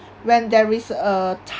when there is a